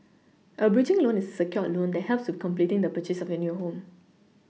a bridging loan is a secured loan that helps with completing the purchase of your new home